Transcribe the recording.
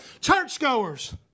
churchgoers